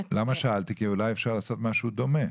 שאלתי כי אולי אפשר לעשות משהו דומה.